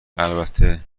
البته